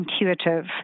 intuitive